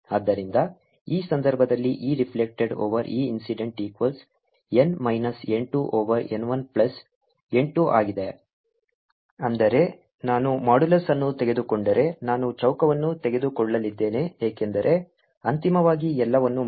ಆದ್ದರಿಂದ ಈ ಸಂದರ್ಭದಲ್ಲಿ E reflected over E incident equals n 1 minus n 2 over n 1 plus n 2 ಆಗಿದೆ ಅಂದರೆ ನಾನು ಮಾಡ್ಯುಲಸ್ ಅನ್ನು ತೆಗೆದುಕೊಂಡರೆ ನಾನು ಚೌಕವನ್ನು ತೆಗೆದುಕೊಳ್ಳಲಿದ್ದೇನೆ ಏಕೆಂದರೆ ಅಂತಿಮವಾಗಿ ಎಲ್ಲವನ್ನೂ ಮಾಡಿ